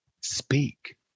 speak